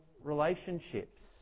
relationships